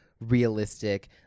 realistic